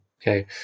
Okay